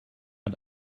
hat